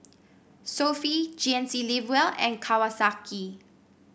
Sofy G N C Live Well and Kawasaki